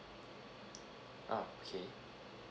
ah okay